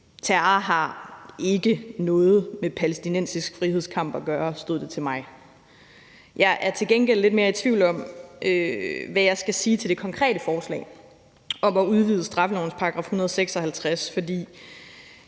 Terror har ikke noget med palæstinensisk frihedskamp at gøre – hvis det stod til mig. Jeg er til gengæld lidt mere i tvivl om, hvad jeg skal sige til det, der konkret står i forespørgslen om at udvide straffelovens § 136. For